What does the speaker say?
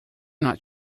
not